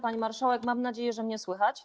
Pani marszałek, mam nadzieję, że mnie słychać.